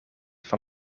van